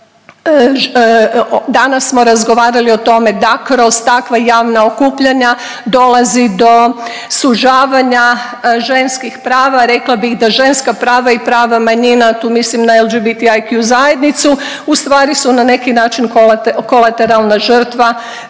danas smo razgovarali o tome da kroz takva javna okupljanja dolazi do sužavanja ženskih prava. Rekla bih da ženska prava i prava manjina, tu mislim na LGBT IQ zajednicu u stvari su na neki način kolateralna žrtva